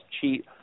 cheat